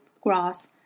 grass